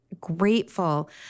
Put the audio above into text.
grateful